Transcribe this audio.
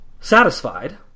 Satisfied